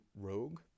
rogue